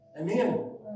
Amen